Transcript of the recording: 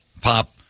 Pop